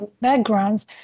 backgrounds